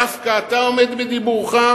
דווקא אתה עומד בדיבורך?